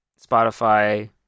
Spotify